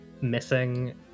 missing